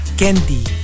candy